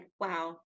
wow